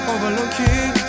Overlooking